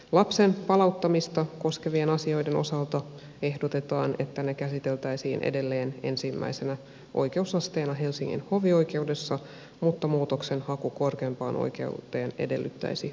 lapsen palauttamista koskevien asioiden osalta ehdotetaan että ne käsiteltäisiin edelleen ensimmäisenä oikeusasteena helsingin hovioikeudessa mutta muutoksenhaku korkeimpaan oikeuteen edellyttäisi valituslupaa